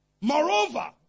Moreover